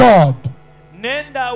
God